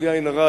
בלי עין הרע,